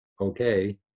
okay